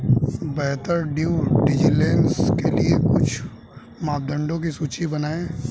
बेहतर due diligence के लिए कुछ मापदंडों की सूची बनाएं?